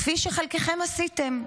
כפי שחלקכם עשיתם,